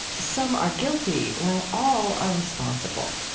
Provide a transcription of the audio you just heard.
some are guilty while all are responsible.